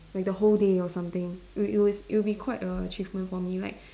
like the whole day or something it'll it'll it'll be quite a achievement for me like